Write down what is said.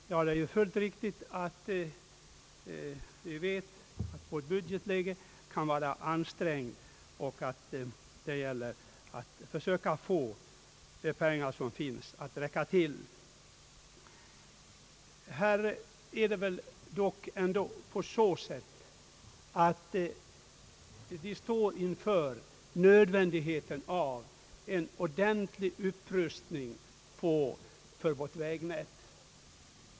Herr talman! Det är fullt riktigt att vårt budgetläge är ansträngt och att det gäller att försöka få de pengar som finns att räcka till. Här står vi dock inför nödvändigheten av en ordentlig upprustning av vårt vägnät.